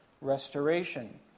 restoration